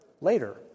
later